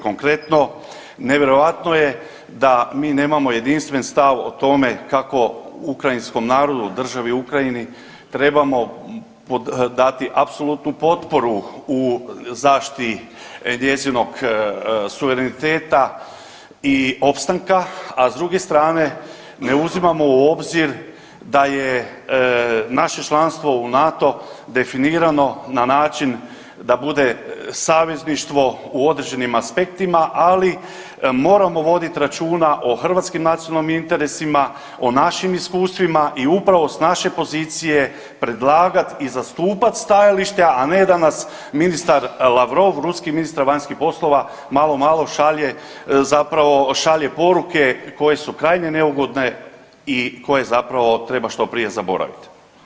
Konkretno, nevjerojatno je da mi nemamo jedinstven stav o tome kako ukrajinskom narodu, u državi Ukrajini trebamo dati apsolutnu potporu u zaštiti njezinog suvereniteta i opstanka, a s druge strane, ne uzimamo u obzir da je naše članstvo u NATO definirano način da bude savezništvo u određenim aspektima, ali moramo voditi računa o hrvatskim nacionalnim interesima, o našim iskustvima i upravo s naše pozicije predlagati i zastupati stajalište, a ne da nas ministar Lavrov, ruski ministra vanjskih poslova malo-malo šalje zapravo, šalje poruke koje su krajnje neugodne i koje zapravo treba što prije zaboraviti.